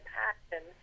passion